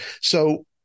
So-